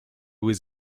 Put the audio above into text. was